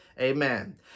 Amen